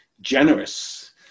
generous